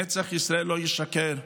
נצח ישראל לא ישקר,